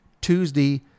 Tuesday